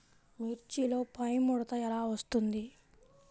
మిర్చిలో పైముడత ఎలా వస్తుంది?